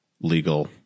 legal